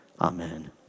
Amen